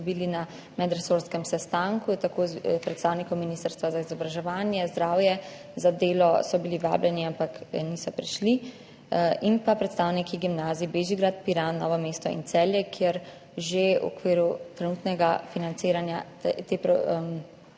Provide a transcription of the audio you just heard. dobili na medresorskem sestanku, predstavniki ministrstev za izobraževanje, za zdravje, za delo so bili vabljeni, ampak niso prišli, in pa predstavniki gimnazij Bežigrad, Piran, Novo mesto in Celje, kjer že v okviru trenutnega financiranja te pripomočke